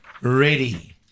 ready